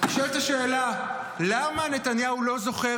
אני שואל את השאלה: למה נתניהו לא זוכר